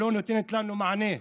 שלא נותנת לנו מענה,